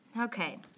Okay